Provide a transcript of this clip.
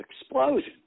explosion